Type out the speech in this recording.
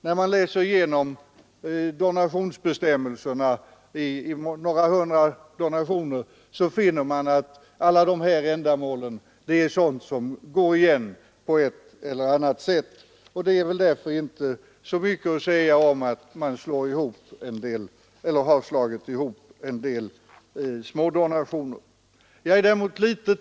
När man läser igenom donationsbestämmelserna i några hundra donationer finner man att alla dessa ändamål på ett eller annat sätt går igen. Det är väl därför inte så mycket att säga om att man har slagit ihop en del sådana mindre donationer.